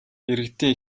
иргэдийн